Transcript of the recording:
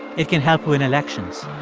it can help win elections